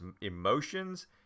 emotions